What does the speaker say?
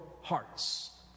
hearts